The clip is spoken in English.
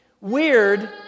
weird